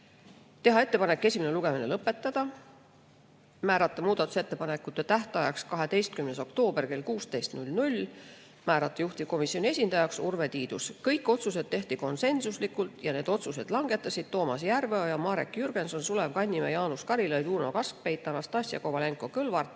teha ettepanek esimene lugemine lõpetada, määrata muudatusettepanekute tähtajaks 12. oktoober kell 16, määrata juhtivkomisjoni esindajaks Urve Tiidus. Kõik otsused tehti konsensuslikult ja need otsused langetasid Toomas Järveoja, Marek Jürgenson, Sulev Kannimäe, Jaanus Karilaid, Uno Kaskpeit, Anastassia Kovalenko-Kõlvart,